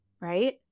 Right